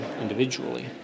individually